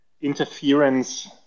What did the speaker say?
interference